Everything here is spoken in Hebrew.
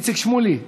איציק שמולי,